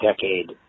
decade